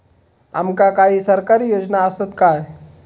आमका काही सरकारी योजना आसत काय?